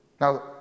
Now